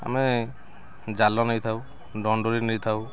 ଆମେ ଜାଲ ନେଇଥାଉ ଦଣ୍ଡୁରି ନେଇଥାଉ